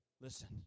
listen